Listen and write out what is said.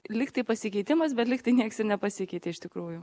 lyg tai pasikeitimas bet lygtai nieks ir nepasikeitė iš tikrųjų